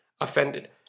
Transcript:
offended